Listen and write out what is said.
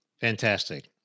Fantastic